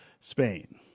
Spain